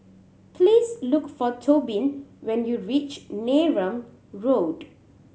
please look for Tobin when you reach Neram Road